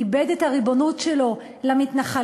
איבד את הריבונות שלו למתנחלים,